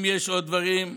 אם יש עוד דברים,